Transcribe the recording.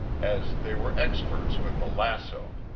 as they were experts with the lasso,